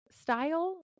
style